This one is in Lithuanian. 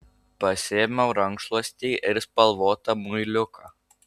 pasiėmiau rankšluostį ir spalvotą muiliuką